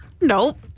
Nope